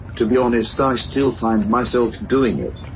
to be honest i still find myself doing it.